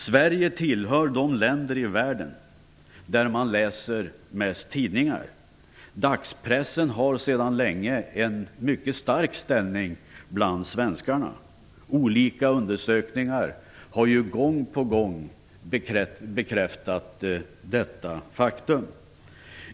Sverige tillhör de länder i världen där man läser mest tidningar. Dagspressen har sedan länge en mycket starkt ställning hos svenskarna. Olika undersökningar har gång på gång bekräftat detta faktum.